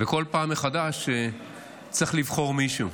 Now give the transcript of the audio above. וכל פעם מחדש צריך לבחור מישהו,